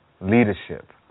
leadership